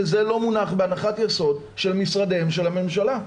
וזה לא מונח בהנחת יסוד של משרדי הממשלה.